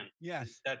Yes